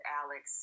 alex